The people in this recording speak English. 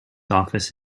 office